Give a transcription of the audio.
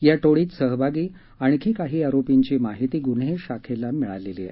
या टोळीत सहभागी आणखी काही आरोपींची माहिती गुन्हे शाखेला मिळाली आहे